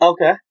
Okay